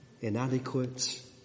inadequate